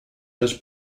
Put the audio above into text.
has